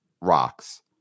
rocks